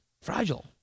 fragile